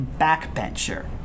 backbencher